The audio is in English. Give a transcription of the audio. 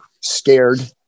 scared